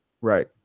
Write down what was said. Right